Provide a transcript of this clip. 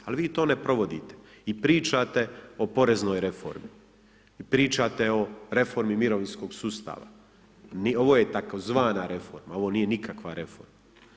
Ali vi to ne provodite i pričate o poreznoj reformi i pričate o reformi mirovinskoj sustava ovo je tzv. reforma ovo nije nikakva reforma.